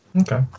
Okay